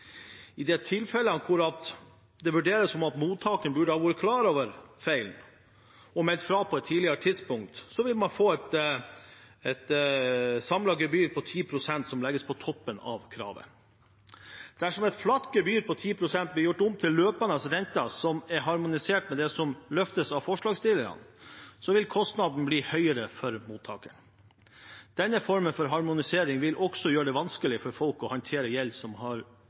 I de tilfellene hvor det vurderes som at mottakeren burde ha vært klar over feilen og meldt fra på et tidligere tidspunkt, vil man få et samlet gebyr på 10 pst., som legges på toppen av kravet. Dersom et flatt gebyr på 10 pst. blir gjort om til en løpende rente som er harmonisert med det som løftes av forslagsstilleren, vil kostnaden bli høyere for mange mottakere. Denne formen for harmonisering vil også gjøre det vanskeligere for folk å håndtere gjeld som